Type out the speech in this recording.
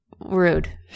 Rude